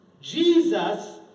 Jesus